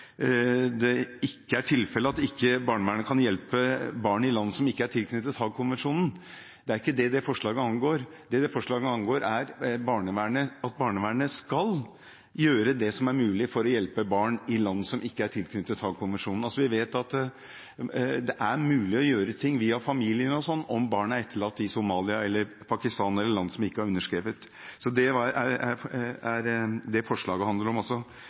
det ikke er tilfellet at ikke barnevernet kan hjelpe barn i land som ikke er tilknyttet Haagkonvensjonen. Det er ikke det det forslaget angår. Det forslaget angår, er at barnevernet skal gjøre det som er mulig for å hjelpe barn i land som ikke er tilknyttet Haagkonvensjonen. Vi vet at det er mulig å gjøre ting via familien o.l. om barn er etterlatt i Somalia eller Pakistan eller i land som ikke har underskrevet. Det er det forslaget handler om: